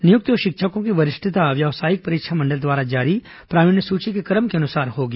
नियुक्त शिक्षकों की वरिष्ठता व्यवसायिक परीक्षा मंडल द्वारा जारी प्रावीण्य सूची के क्रम के अनुसार होगी